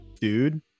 dude